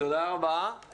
תודה רבה.